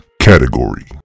category